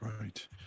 Right